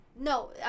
No